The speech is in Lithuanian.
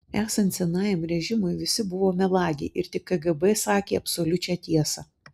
esant senajam režimui visi buvo melagiai ir tik kgb sakė absoliučią tiesą